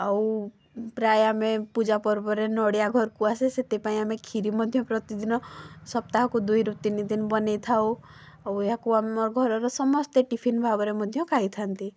ଆଉ ପ୍ରାୟ ଆମେ ପୂଜା ପର୍ବରେ ନଡ଼ିଆ ଘରକୁ ଆସେ ସେଥିପାଇଁ ଆମେ ଖିରି ମଧ୍ୟ ପ୍ରତିଦିନ ସପ୍ତାହକୁ ଦୁଇରୁ ତିନିଦିନ ବନେଇ ଥାଉ ଆଉ ଏହାକୁ ଆମ ଘରର ସମସ୍ତେ ଟିଫିନ୍ ଭାବରେ ମଧ୍ୟ ଖାଇଥାନ୍ତି